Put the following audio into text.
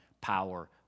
power